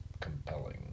compelling